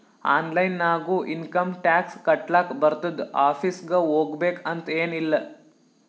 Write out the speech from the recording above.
online ನಾಗು income tax ಕಟ್ಲಾಕ್ ಬರ್ತುದ್ ಆಫೀಸ್ಗ ಹೋಗ್ಬೇಕ್ ಅಂತ್ ಎನ್ ಇಲ್ಲ